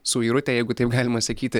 suirutę jeigu taip galima sakyti